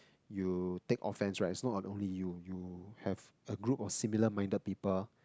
you take offence right it's not only you you have a group of similar minded people